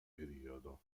periodo